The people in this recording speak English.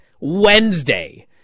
Wednesday